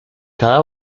cada